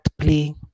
play